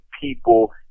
people